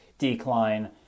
Decline